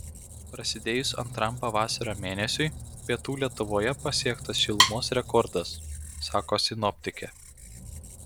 prasidėjus antram pavasario mėnesiui pietų lietuvoje pasiektas šilumos rekordas sako sinoptikė